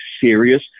serious